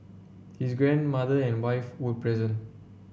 his grandmother and wife would present